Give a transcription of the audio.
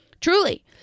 truly